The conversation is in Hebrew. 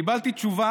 קיבלתי תשובה